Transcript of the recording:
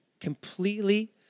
completely